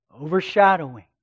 overshadowing